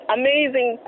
amazing